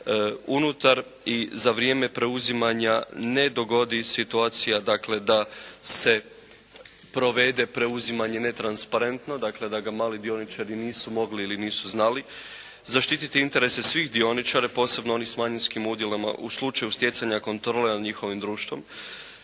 unutar i za vrijeme preuzimanja ne dogodi situacija dakle da se provede preuzimanje netransparentno dakle da ga mali dioničari nisu mogli ili nisu znali zaštititi interese svih dioničara, posebno onih s manjinskim udjelima u slučaju stjecanja kontrole nad njihovim društvom.